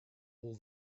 all